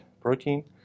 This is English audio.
protein